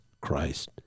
Christ